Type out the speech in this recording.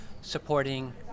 supporting